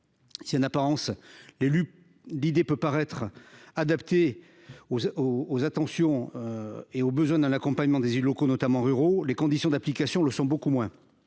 Si, en apparence, l'idée peut paraître adaptée aux besoins d'accompagnement des élus locaux, notamment ruraux, les conditions d'application le sont beaucoup moins.